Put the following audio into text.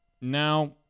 Now